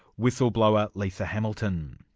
whistleblower, lisa hamilton.